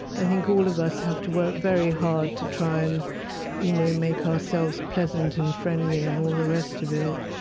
i think all of us have to work very hard to try and you know make ourselves pleasant and friendly and all the rest of it.